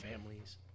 families